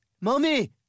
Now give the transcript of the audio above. Mommy